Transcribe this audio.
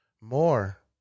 more